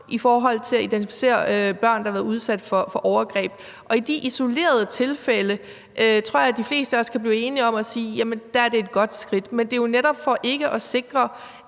i forhold til at identificere børn, der har været udsat for overgreb – og i de isolerede tilfælde tror jeg de fleste af os jo er enige om at sige: Jamen der er det et godt skridt. Men det er jo netop for at sikre,